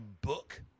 book